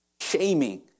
shaming